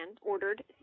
ordered